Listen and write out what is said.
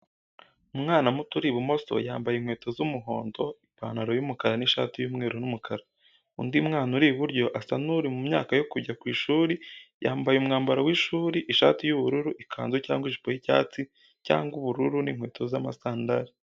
Umwana muto uri ibumoso yambaye inkweto z’umuhondo, ipantalo y’umukara n’ishati y’umweru n’umukara. Undi mwana uri iburyo asa n’uri mu myaka yo kujya ku ishuri, yambaye umwambaro w’ishuri ishati y’ubururu, ikanzu cyangwa ijipo y’icyatsi cyangwa ubururu n’inkweto z’amasandari.